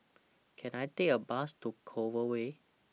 Can I Take A Bus to Clover Way